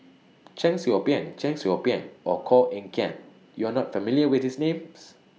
Cheong Soo Pieng Cheong Soo Pieng Or Koh Eng Kian YOU Are not familiar with These Names